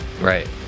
Right